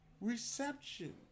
reception